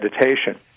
meditation